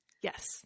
Yes